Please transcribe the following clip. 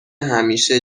همیشه